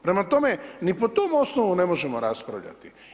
Prema tome, ni po tom osnovu ne možemo raspravljati.